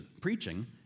preaching